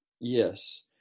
Yes